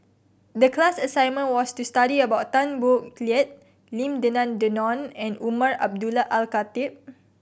the class assignment was to study about Tan Boo Liat Lim Denan Denon and Umar Abdullah Al Khatib